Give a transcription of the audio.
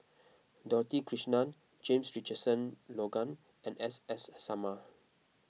Dorothy Krishnan James Richardson Logan and S S Sarma